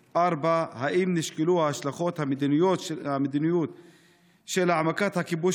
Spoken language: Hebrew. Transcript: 4. האם נשקלו ההשלכות המדיניות של העמקת הכיבוש